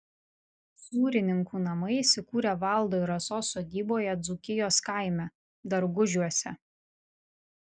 sūrininkų namai įsikūrę valdo ir rasos sodyboje dzūkijos kaime dargužiuose